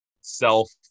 self